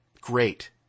great